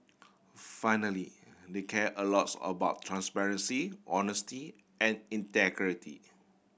finally they care a lots about transparency honesty and integrity